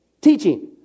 teaching